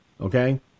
Okay